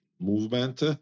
movement